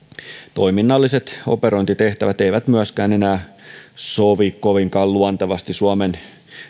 toiminnalliset operointitehtävät eivät myöskään enää sovi kovinkaan luontevasti suomen